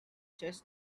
chess